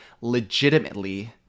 legitimately